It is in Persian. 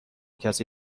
کسی